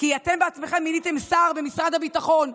אתם בעצמכם מיניתם שר במשרד הביטחון,